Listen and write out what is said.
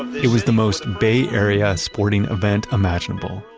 it was the most bay area sporting event imaginable.